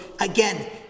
again